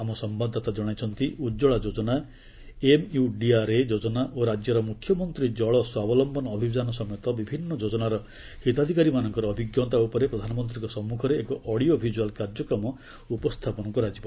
ଆମ ସମ୍ଭାଦଦାତା କଣାଇଛନ୍ତି ଉଜ୍ୱଳା ଯୋଚ୍ଚନା ଏମ୍ୟୁଡିଆର୍ଏ ଯୋଜନା ଓ ରାଜ୍ୟର ମୁଖ୍ୟମନ୍ତ୍ରୀ ଜଳ ସ୍ୱାବଲମ୍ଘନ ଅଭିଯାନ ସମେତ ବିଭିନ୍ନ ଯୋଜନାର ହିତାଧିକାରୀମାନଙ୍କର ଅଭିଜ୍ଞତା ଉପରେ ପ୍ରଧାନମନ୍ତ୍ରୀଙ୍କ ସମ୍ମୁଖରେ ଏକ ଅଡିଓ ଭିଜୁଆଲ୍ କାର୍ଯ୍ୟକ୍ରମ ଉପସ୍ଥାପନ କରାଯିବ